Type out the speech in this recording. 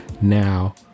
Now